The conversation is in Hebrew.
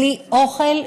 בלי אוכל,